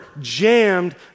jammed